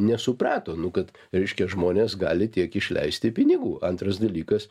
nesuprato nu kad reiškia žmonės gali tiek išleisti pinigų antras dalykas